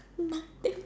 nothing